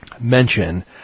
mention